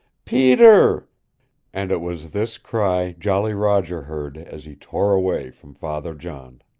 peter and it was this cry jolly roger heard as he tore away from father john.